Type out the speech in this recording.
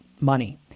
money